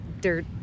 dirt